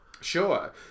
Sure